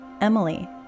Emily